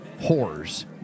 whores